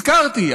הזכרתי,